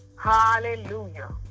Hallelujah